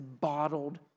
bottled